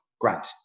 grant